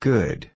Good